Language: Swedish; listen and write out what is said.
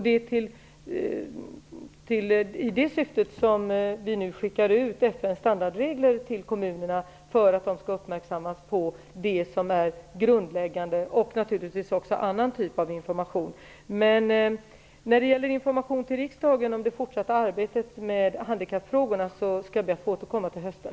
Det är i det syftet som vi nu skickar ut FN:s standardregler till kommunerna för att de skall uppmärksammas på det som är grundläggande, och naturligtvis även annan typ av information. När det gäller information till riksdagen om det fortsatta arbetet med handikappfrågorna skall jag be att få återkomma till hösten.